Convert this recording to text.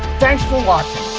thanks for watching.